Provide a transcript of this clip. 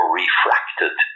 refracted